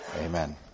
Amen